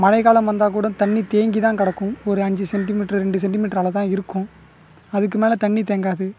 மழைகாலம் வந்தால் கூட தண்ணி தேங்கி தான் கிடக்கும் ஒரு அஞ்சு செண்டிமீட்டர் ரெண்டு செண்டிமீட்டர் அளவு தான் இருக்கும் அதுக்கு மேலே தண்ணி தேங்காது